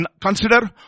consider